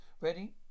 Ready